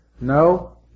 no